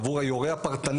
עבור היורה הפרטני,